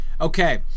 Okay